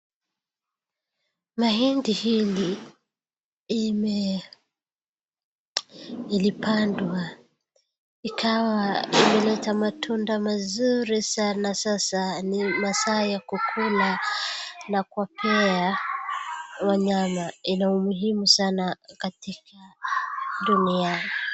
Mahindi hii ni, ilipandwa, ikawa ilileta matunda mazuri sana sasa ni masaa ya kukula na kuwapea wanyama. Ina muhimu sana katika dunia.